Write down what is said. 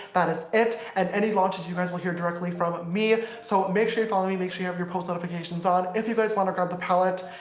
that is it. and any launches, you guys will hear directly from me so make sure you follow me, make sure you have your post notifications on. if you guys want to grab the palette,